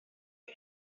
yng